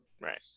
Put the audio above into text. right